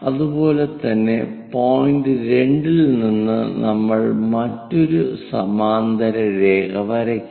അതുപോലെ തന്നെ പോയിന്റ് 2 ൽ നിന്ന് നമ്മൾ മറ്റൊരു സമാന്തര രേഖ വരയ്ക്കും